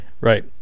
Right